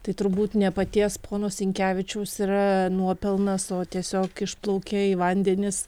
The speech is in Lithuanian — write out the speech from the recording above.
tai turbūt ne paties pono sinkevičiaus yra nuopelnas o tiesiog išplaukė į vandenis